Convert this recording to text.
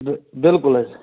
بہٕ بِلکُل حظ